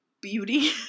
Beauty